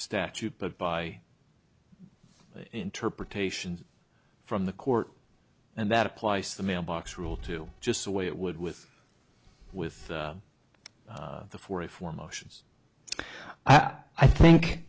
statute but by interpretation from the court and that applies to the mailbox rule to just the way it would with with the forty four motions i think